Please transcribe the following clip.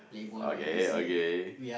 okay okay